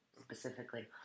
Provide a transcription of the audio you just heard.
Specifically